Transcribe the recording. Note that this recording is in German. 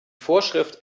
vorschrift